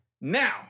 Now